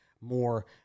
more